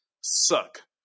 suck